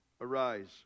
Arise